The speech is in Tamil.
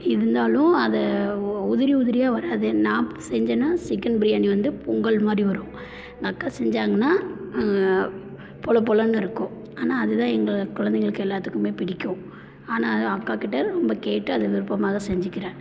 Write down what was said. இருந்தாலும் அதை உ உதிரி உதிரியாக வராது நான் செஞ்சேன்னால் சிக்கன் பிரியாணி வந்து பொங்கல் மாதிரி வரும் எங்கக்கா செஞ்சாங்கன்னால் பொல பொலன்னு இருக்கும் ஆனால் அது தான் எங்கள் கொழந்தைங்களுக்கு எல்லாத்துக்குமே பிடிக்கும் ஆனால் அக்காக்கிட்ட ரொம்ப கேட்டு அதை விருப்பமாக தான் செஞ்சுக்கிறேன்